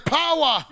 power